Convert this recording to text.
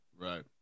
Right